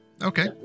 Okay